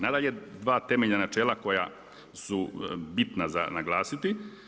Nadalje, dva temeljna načela koja su bitna za naglasiti.